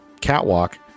catwalk